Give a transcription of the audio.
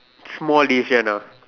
small decision lah